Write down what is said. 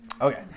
Okay